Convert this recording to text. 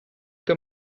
que